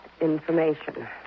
information